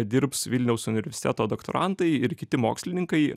dirbs vilniaus universiteto doktorantai ir kiti mokslininkai